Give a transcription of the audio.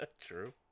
true